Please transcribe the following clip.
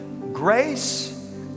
grace